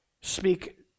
speak